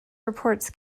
reports